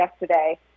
yesterday